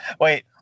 Wait